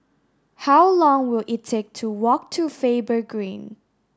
how long will it take to walk to Faber Green